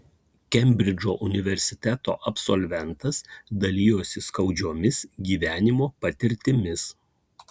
kembridžo universiteto absolventas dalinosi skaudžiomis gyvenimo patirtimis